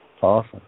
Awesome